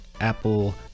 Apple